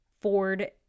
Ford